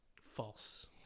false